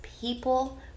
People